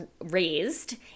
raised